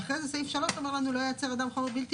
ואחרי זה סעיף 3 אומר לנו: לא ייצר אדם חומר בלתי